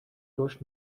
داشت